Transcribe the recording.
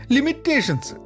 Limitations